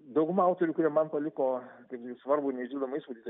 dauguma autorių kurie man paliko kaip svarbų neišdildomą įspūdį tai